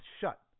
shut